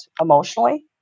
emotionally